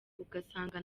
ugasanga